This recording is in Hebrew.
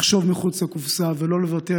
לחשוב מחוץ לקופסה ולא לוותר,